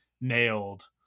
nailed